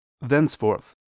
Thenceforth